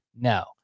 no